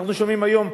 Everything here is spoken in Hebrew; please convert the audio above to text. אנחנו שומעים היום,